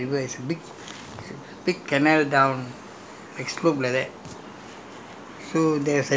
the fight so that was a big canal you know it was not a river it was big canal down